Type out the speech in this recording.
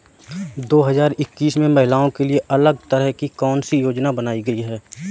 दो हजार इक्कीस में महिलाओं के लिए अलग तरह की कौन सी योजना बनाई गई है?